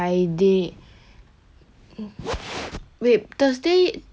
hmm wait thursday thursday you got class